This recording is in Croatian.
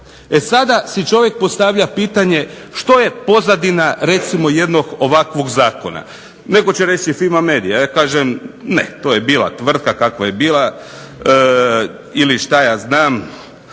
E sada si čovjek postavlja pitanje što je pozadina jednog ovakvog Zakona, netko će reći FIMI medija, ja kažem ne. To je bila tvrtka kakva je bila, ili što ja znam,